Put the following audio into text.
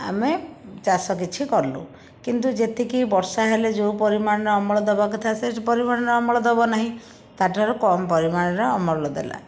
ଆମେ ଚାଷ କିଛି କଲୁ କିନ୍ତୁ ଯେତିକି ବର୍ଷା ହେଲେ ଯେଉଁ ପରିମାଣର ଅମଳ ଦବା କଥା ସେ ପରିମାଣରେ ଅମଳ ଦବ ନାହିଁ ତା'ଠାରୁ କମ୍ ପରିମାଣରେ ଅମଳ ଦେଲା